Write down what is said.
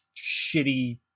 shitty